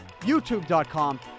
YouTube.com